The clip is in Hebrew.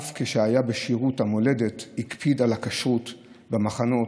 אף כשהיה בשירות המולדת הקפיד על הכשרות במחנות,